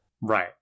right